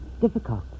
difficult